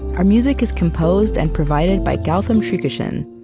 our music is composed and provided by gautam srikishan.